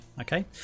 okay